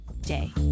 day